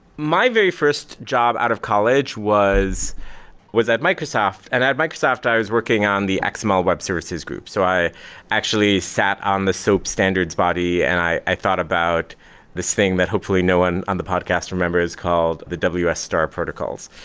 my very first job out of college was was at microsoft. and at microsoft, i was working on the xml web services group. so i actually sat on the soap standards body and i i thought about this thing that hopefully no one on the podcast remember is called the ws star protocols.